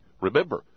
Remember